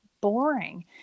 boring